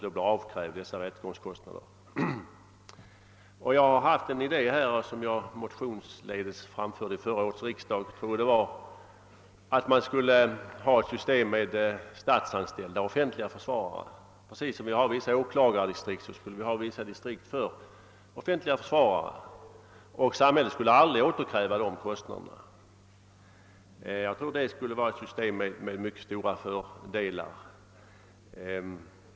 Jag framförde vid förra årets riksdag motionsvägen en idé om att man skulle införa ett system med statsanställda offentliga försvarare. På samma sätt som vi har vissa åklagardistrikt skulle vi ha distrikt för offentliga försvarare, och samhället skulle aldrig återkräva kostnaderna härför. Jag tror att det skulle vara ett system med mycket stora fördelar.